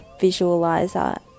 visualizer